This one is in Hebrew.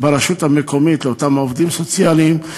ברשות המקומית לאותם עובדים סוציאליים,